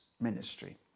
Ministry